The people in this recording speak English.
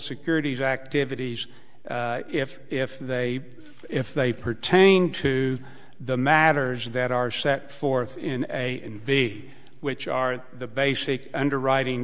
securities activities if if they if they pertain to the matters that are set forth in a b which are the basic underwriting